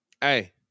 Hey